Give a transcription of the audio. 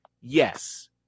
Yes